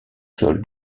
sol